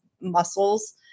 muscles